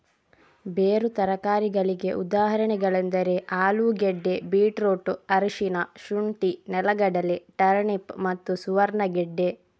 ಬೇರು ತರಕಾರಿಗಳಿಗೆ ಉದಾಹರಣೆಗಳೆಂದರೆ ಆಲೂಗೆಡ್ಡೆ, ಬೀಟ್ರೂಟ್, ಅರಿಶಿನ, ಶುಂಠಿ, ನೆಲಗಡಲೆ, ಟರ್ನಿಪ್ ಮತ್ತು ಸುವರ್ಣಗೆಡ್ಡೆ